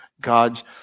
God's